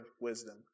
wisdom